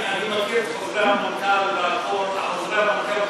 אני רוצה לשמוע את דעתו על כל הנושא הזה.